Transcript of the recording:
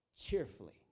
cheerfully